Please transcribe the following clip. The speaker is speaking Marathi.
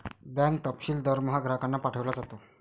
बँक तपशील दरमहा ग्राहकांना पाठविला जातो